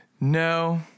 No